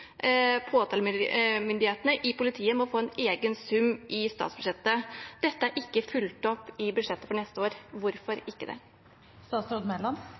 i politiet må få en egen sum i statsbudsjettet. Dette er ikke fulgt opp i budsjettet for neste år. Hvorfor ikke